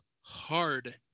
hard